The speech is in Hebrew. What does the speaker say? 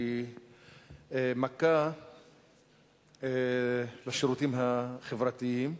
הוא מכה לשירותים החברתיים,